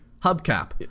hubcap